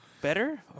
better